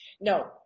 No